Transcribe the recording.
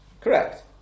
Correct